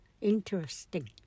interesting